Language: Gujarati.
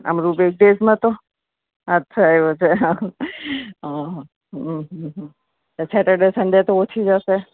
આમ રૂટિન ડેઝ માં તો અચ્છા એવું છે હ હ હમ હમ હમ તો સેટરડે સંડે તો ઓછી જ હશે